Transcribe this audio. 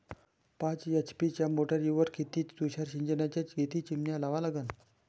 पाच एच.पी च्या मोटारीवर किती तुषार सिंचनाच्या किती चिमन्या लावा लागन?